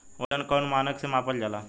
वजन कौन मानक से मापल जाला?